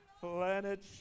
Planet